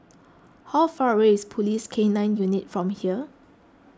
how far away is Police K nine Unit from here